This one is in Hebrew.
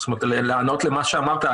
ולענות למה שאמרתי.